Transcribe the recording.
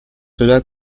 cela